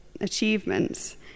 achievements